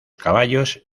caballos